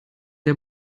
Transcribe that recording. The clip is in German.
der